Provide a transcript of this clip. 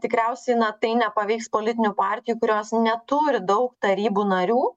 tikriausiai na tai nepaveiks politinių partijų kurios neturi daug tarybų narių